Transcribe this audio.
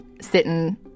sitting